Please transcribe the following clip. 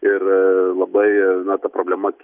ir labai na ta problema